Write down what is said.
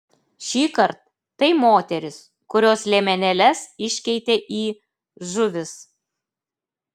šįkart tai moterys kurios liemenėles iškeitė į žuvis